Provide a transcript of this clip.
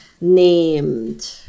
named